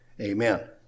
Amen